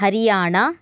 Haryana